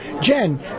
Jen